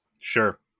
Sure